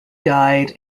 died